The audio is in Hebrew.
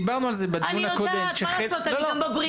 אני גם בבריאות.